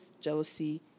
jealousy